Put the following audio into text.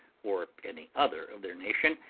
or any other of their nation,